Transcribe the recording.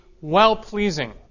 well-pleasing